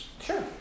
Sure